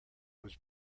was